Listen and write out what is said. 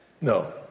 No